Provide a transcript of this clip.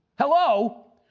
Hello